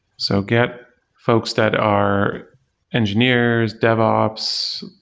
so get folks that are engineers, devops,